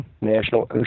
National